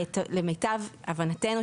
למיטב הבנתנו,